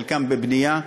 חלקן בבנייה,